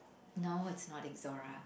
no it's not ixora